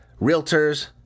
realtors